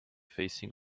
facing